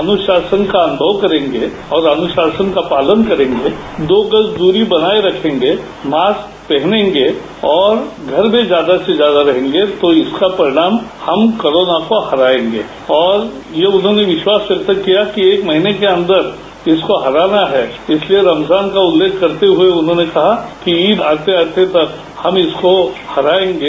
अनुशासन का अनुभव करेंगे और अनुशासन का पालन करेंगे दो गज दूरी बनाए रखेंगे मास्क पहनेंगे और घर में ज्यादा से ज्यादा रहेंगे तो इसका परिणाम हम कोरोना को हराएंगे और ये उन्होंने विश्वास व्यक्त किया कि एक महीने के अंदर इसको हराना है इसलिए रमजान का उल्लेख करते हुए उन्होंने कहा कि ईद आते आते तक हम इसको हराएंगे